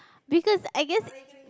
because I guess